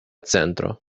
centro